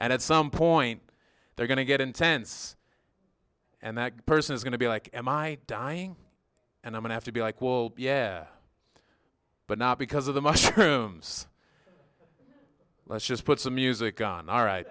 and at some point they're going to get intense and that person is going to be like am i dying and i would have to be like will yeah but not because of the mushrooms let's just put some music on all right